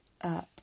up